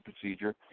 procedure